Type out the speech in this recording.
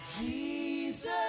Jesus